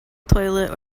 toilet